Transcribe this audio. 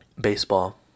baseball